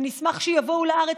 ונשמח שיבואו לארץ,